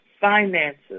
finances